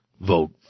vote